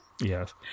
Yes